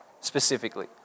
specifically